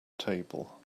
table